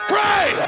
Pray